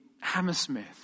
Hammersmith